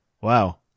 Wow